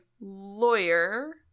lawyer